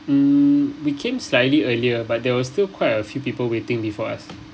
mm we came slightly earlier but there was still quite a few people waiting before us